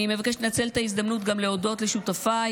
אני מבקשת לנצל את ההזדמנות גם להודות לשותפיי